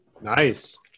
Nice